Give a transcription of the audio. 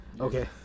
okay